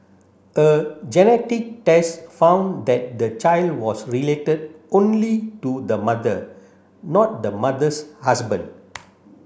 a genetic test found that the child was related only to the mother not the mother's husband